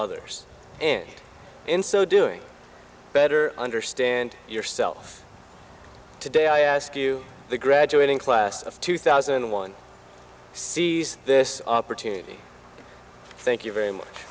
others and in so doing better understand yourself today i ask you the graduating class of two thousand and one sees this opportunity thank you very much